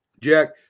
Jack